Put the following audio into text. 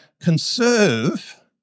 conserve